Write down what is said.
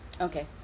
Okay